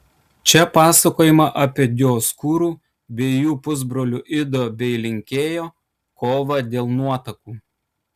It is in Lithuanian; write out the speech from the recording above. čia pasakojama apie dioskūrų bei jų pusbrolių ido bei linkėjo kovą dėl nuotakų